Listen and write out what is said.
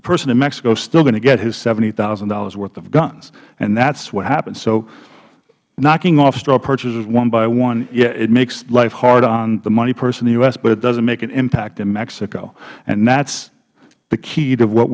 the person in mexico is still going to get his seventy thousand dollars worth of guns and that's what happens so knocking off straw purchasers one by one yeah it makes life hard on the money person in the u s but it doesn't make an impact in mexico and that's the key to what